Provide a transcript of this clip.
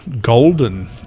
golden